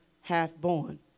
half-born